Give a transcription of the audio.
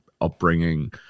upbringing